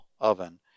oven